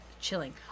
chilling